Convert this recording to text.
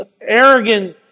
arrogant